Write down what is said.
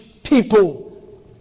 People